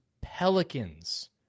Pelicans